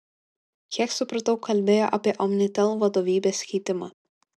kiek supratau kalbėjo apie omnitel vadovybės keitimą